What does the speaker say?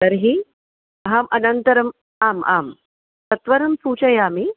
तर्हि अहम् अनन्तरम् आम् आं सत्वरं सूचयामि